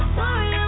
worry